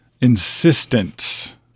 insistence